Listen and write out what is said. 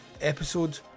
episode